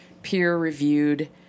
peer-reviewed